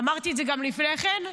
אמרתי את זה גם לפני כן: